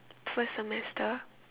first semester